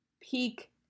peak